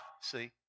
see